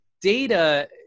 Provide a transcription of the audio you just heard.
data